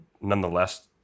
nonetheless